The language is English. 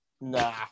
Nah